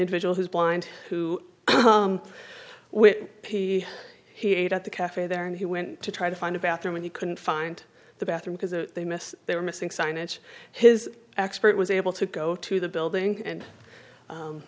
individual who's blind who he ate at the cafe there and he went to try to find a bathroom and he couldn't find the bathroom because they missed their missing signage his expert was able to go to the building and